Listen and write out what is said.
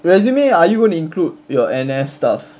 resume are you gonna include your N_S stuff